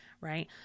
right